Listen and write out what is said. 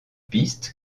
piste